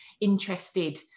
interested